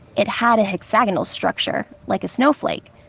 it had a hexagonal structure, like a snowflake,